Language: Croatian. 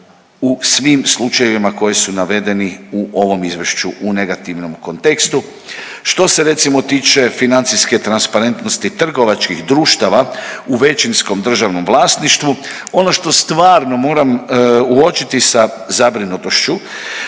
u svim slučajevima koji su navedeni u ovom izvješću u negativnom kontekstu. Što se recimo tiče financijske transparentnosti trgovačkih društava u većinskom državnom vlasništvu, ono što stvarno moram uočiti sa zabrinutošću,